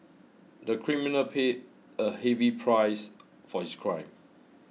the criminal paid a heavy price for his crime